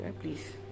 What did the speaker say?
please